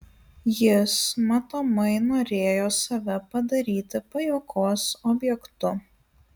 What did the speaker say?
jis matomai norėjo save padaryti pajuokos objektu